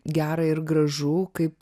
gera ir gražu kaip